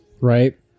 Right